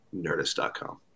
Nerdist.com